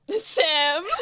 Sam